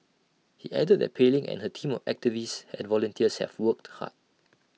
he added that Pei Ling and her team of activists and volunteers have worked hard